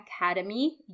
Academy